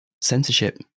censorship